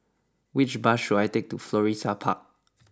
which bus should I take to Florissa Park